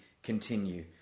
Continue